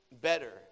Better